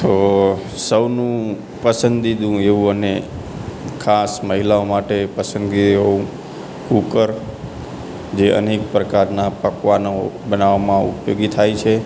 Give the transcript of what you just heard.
તો સૌનું પસંદીદું એવું અને ખાસ મહિલાઓ માટે પસંદગી હોવું કૂકર જે અનેક પ્રકારના પકવાનો બનાવવામાં ઉપયોગી થાય છે